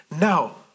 Now